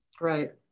right